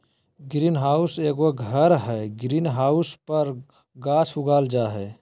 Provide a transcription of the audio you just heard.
green house एगो घर हइ, ग्रीन हाउस पर गाछ उगाल जा हइ